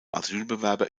asylbewerber